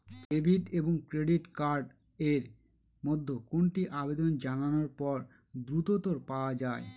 Debit এবং credit card এর মধ্যে কোনটি আবেদন জানানোর পর দ্রুততর পাওয়া য়ায়?